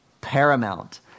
paramount